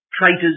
traitors